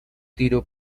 tiro